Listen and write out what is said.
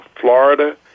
Florida